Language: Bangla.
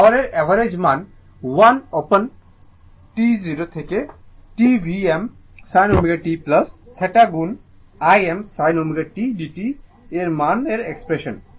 এখন পয়ারের অ্যাভারেজ মান 1 অ্যাপন T 0 থেকে T Vm sin ω t θ গুণ Im sin ω t dt এর মানে এই এক্সপ্রেশন